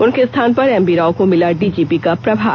उनके स्थान पर एमवी राव को मिला डीजीपी का प्रभार